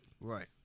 Right